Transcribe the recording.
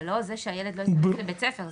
זה לא זה שהילד לא נדבק בבית הספר.